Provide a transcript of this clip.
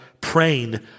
praying